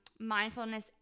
mindfulness